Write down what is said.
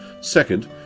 Second